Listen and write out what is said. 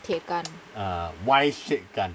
铁杆